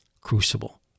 crucible